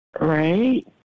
Right